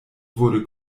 wurde